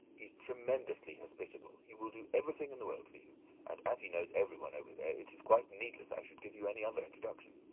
he's tremendously hospitable he will do everything in the world for you and as he knows everyone over there, it is quite needless i should give you any other introduction.